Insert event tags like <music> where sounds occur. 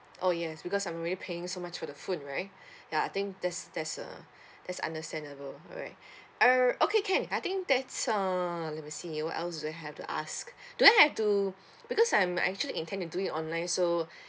oh yes because I'm already paying so much for the phone right <breath> ya I think that's that's uh <breath> that's understandable alright <breath> uh okay can I think that's uh let me see what else do I have to ask <breath> do I have to because I'm actually intend to do it online so <breath>